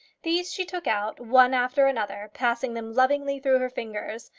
these she took out one after another, passing them lovingly through her fingers,